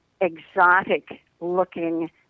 exotic-looking